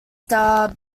star